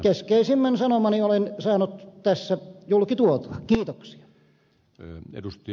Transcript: keskeisimmän sanomani olen saanut tässä julki tuotua